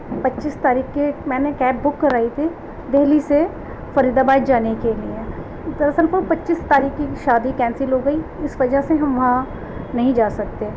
پچیس تاریخ کی میں نے کیب بک کرائی تھی دہلی سے فرید آباد جانے کے لیے در اصل وہ پچیس تاریخ کی بھی شادی کینسل ہو گئی اس وجہ سے ہم وہاں نہیں جا سکتے